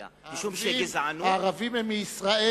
הערבים הם מישראל.